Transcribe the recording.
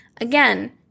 Again